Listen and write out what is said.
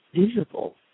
visible